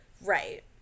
Right